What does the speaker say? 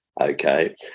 okay